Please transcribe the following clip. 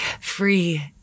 free